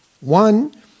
One